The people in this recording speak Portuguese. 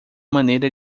maneira